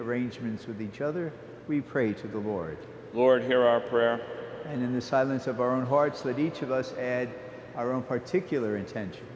arrangements with each other we pray to the lord lord hear our prayer and in the silence of our own hearts that each of us add our own particular intention